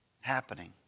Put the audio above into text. happening